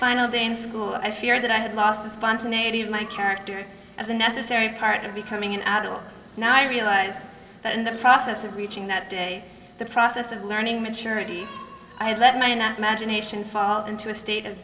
final day in school i fear that i had lost the spontaneity of my character as a necessary part of becoming an adult i realize that in the process of reaching that day the process of learning maturity imagination fall into a state